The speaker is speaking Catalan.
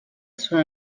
són